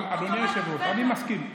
אבל אדוני היושב-ראש, אני מסכים.